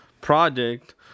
project